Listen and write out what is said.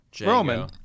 Roman